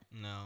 No